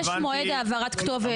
יש מועד העברת כתובת.